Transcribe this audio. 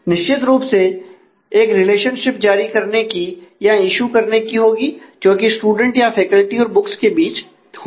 निश्चित रूप से एक रिलेशनशिप जारी करने की या ईशू करने की होगी जो की स्टूडेंट या फैकल्टी और बुक्स के बीच होगी